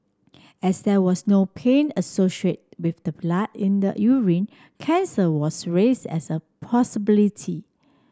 as there was no pain associated with the blood in the urine cancer was raised as a possibility